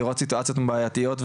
לראות סיטואציות בעייתיות,